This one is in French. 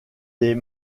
des